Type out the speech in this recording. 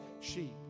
sheep